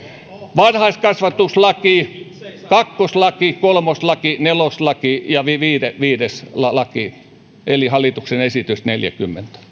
varhaiskasvatuslaki kakkoslaki kolmoslaki neloslaki ja viides viides laki eli hallituksen esitys neljännenkymmenennen